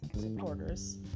supporters